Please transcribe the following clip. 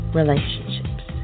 relationships